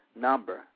number